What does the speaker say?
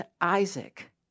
Isaac